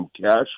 cash